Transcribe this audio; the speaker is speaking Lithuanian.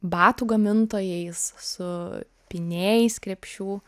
batų gamintojais su pynėjais krepšių